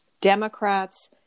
Democrats